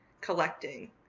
collecting